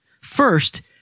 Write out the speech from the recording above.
First